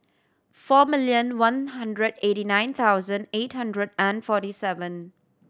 four millon one hundred eighty nine thousand eight hundred and forty seven